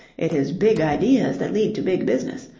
it is big ideas that lead to big business.